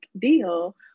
deal